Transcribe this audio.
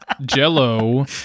jello